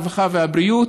הרווחה והבריאות.